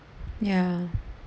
ya